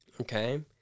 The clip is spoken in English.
Okay